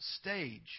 stage